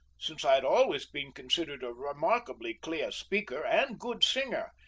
since i had always been considered a remarkably clear speaker and good singer,